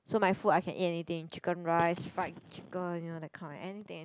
so my food I can eat anything chicken rice fried chicken you know that kind of anything